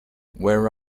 where